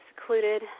secluded